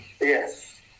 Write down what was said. yes